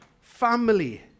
family